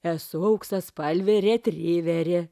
esu auksaspalvė retriverė